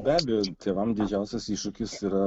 be abejo tėvam didžiausias iššūkis yra